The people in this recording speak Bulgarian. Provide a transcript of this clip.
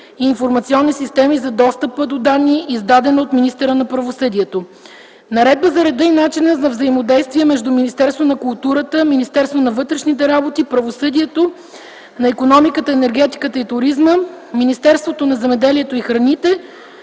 и информационни системи за достъпа до данни, издадена от министъра на правосъдието; Наредба за реда и начина на взаимодействие между Министерството на културата, Министерството на вътрешните работи, Министерството на правосъдието, Министерството на икономиката, енергетиката и туризма, Министерството на земеделието и храните,